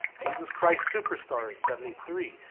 jesus christ superstar in seventy three,